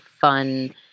fun